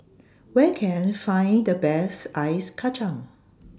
Where Can I Find The Best Ice Kacang